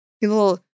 People